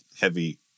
heavy